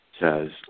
says